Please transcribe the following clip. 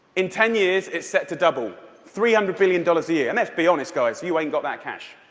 in ten years, it's set to double three hundred billion dollars a year. and let's be honest, guys, you haven't got that cash.